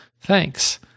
Thanks